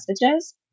messages